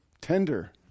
Tender